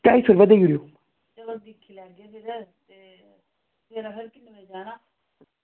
ढाई सौ रपेआ देई ओड़ेओ